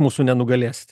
mūsų nenugalės